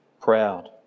proud